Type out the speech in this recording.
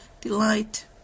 delight